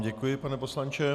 Děkuji vám, pane poslanče.